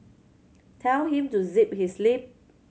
tell him to zip his lip